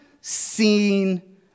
seen